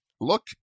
look